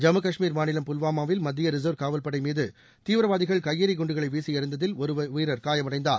ஜம்மு கஷ்மீர் மாநிலம் புல்வாமாவில் மத்திய ரிசா்வ் காவல்படை முகாம் மீது நேற்று தீவிரவாதிகள் நேற்று கையெறி குண்டுகளை வீசி எரிந்ததில் ஒரு வீரர் காயமடைந்தார்